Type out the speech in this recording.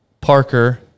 Parker